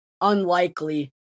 unlikely